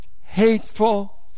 hateful